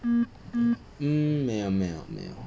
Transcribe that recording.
mm 没有没有没有